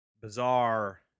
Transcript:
bizarre